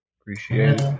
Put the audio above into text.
Appreciate